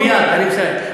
מייד, אני מסיים.